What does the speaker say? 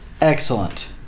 excellent